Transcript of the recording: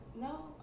No